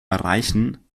erreichen